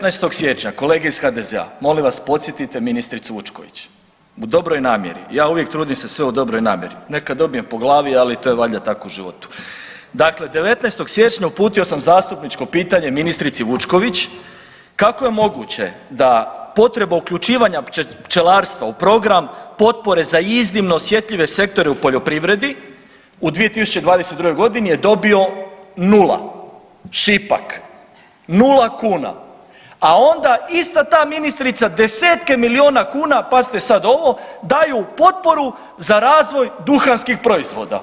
19. siječnja, kolege iz HDZ-a, molim vas, podsjetite ministricu Vučković, u dobroj namjeri, ja uvijek trudim se sve u dobroj namjeri, nekad dobijem po glavi, ali to je valjda tako u životu, dakle 19. siječnja uputio sam zastupničko pitanje ministrici Vučković kako je moguće da potreba uključivanja pčelarstva u program potpore za iznimno osjetljive sektore u poljoprivredi u 2022. g. je dobio 0. Šipak, 0 kuna, a onda ista ta ministrica desetke milijuna kuna, pazite sad ovo, daju potporu za razvoj duhanskih proizvoda.